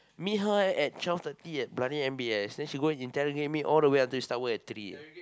meet her at twelve thirty at bloody M_B_S then she going interrogate me all the way until she start work at three leh